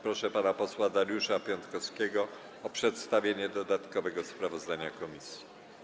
Proszę pana posła Dariusza Piontkowskiego o przedstawienie dodatkowego sprawozdania komisji.